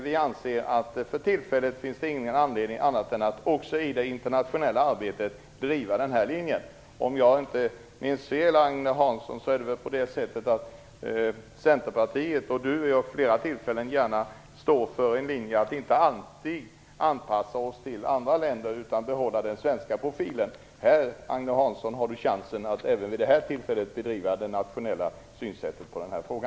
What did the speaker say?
Vi anser att det för tillfället inte finns någon anledning att inte också i det internationella arbetet driva denna linje. Om jag inte minns fel är det väl så att Agne Hansson och Centerpartiet gärna har stått för den linjen att vi inte alltid skall anpassa oss till andra länder utan behålla den svenska profilen. Här har Agne Hansson chansen att även vid detta tillfälle anlägga det nationella synsättet i denna fråga.